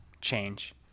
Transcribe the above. change